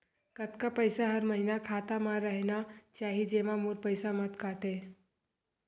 कतका पईसा हर महीना खाता मा रहिना चाही जेमा मोर पईसा मत काटे?